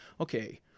okay